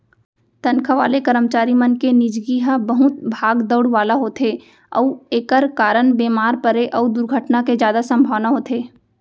तनखा वाले करमचारी मन के निजगी ह बहुत भाग दउड़ वाला होथे अउ एकर कारन बेमार परे अउ दुरघटना के जादा संभावना होथे